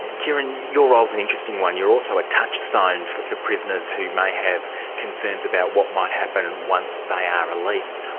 kieran, your role's an interesting one. you're also a touchstone for prisoners who may have concerns about what might happen once they are released.